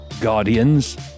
Guardians